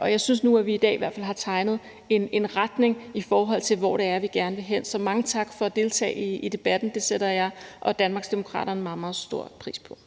Og jeg synes i hvert fald, at vi nu i dag har tegnet en retning, i forhold til hvor det er, vi gerne vil hen. Så mange tak for at deltage i debatten. Det sætter jeg og Danmarksdemokraterne meget, meget stor pris på.